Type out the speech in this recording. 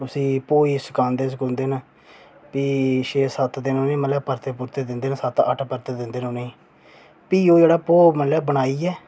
ते उसी भो गी सकांदे न ते प्ही छे सत्त दिन परते दिंदे न सत्त अट्ठ परते दिंदे न उ'नेंगी ते प्ही ओह् मतलब बनाइयै